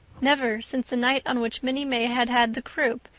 never, since the night on which minnie may had had the croup,